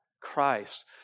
Christ